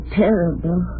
terrible